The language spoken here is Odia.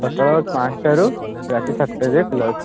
ସକାଳ ପାଞ୍ଚଟାରୁ ରାତି ସାତଟା ଯାଏଁ ଖୋଲା ଅଛି